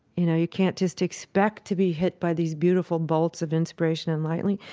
you know, you can't just expect to be hit by these beautiful bolts of inspiration and lightning.